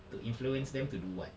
to influence them to do what